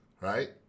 Right